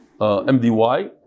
MDY